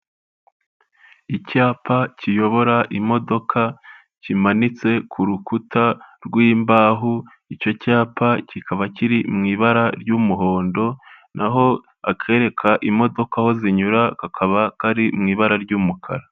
Icyapa kiyobora imodoka kimanitse ku rukuta rw'imbaho, icyo cyapa kikaba kiri mu ibara ry'umuhondo naho akereka imodoka aho zinyura kakaba kari mu ibara ry'umukara.